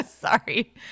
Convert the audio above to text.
Sorry